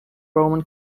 roman